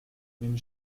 une